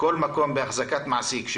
כל מקום בהחזקת מעסיק,